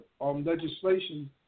legislation